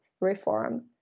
reform